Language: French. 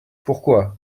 pourquoi